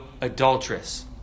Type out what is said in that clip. adulteress